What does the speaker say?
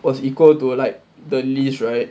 was equal to like the list right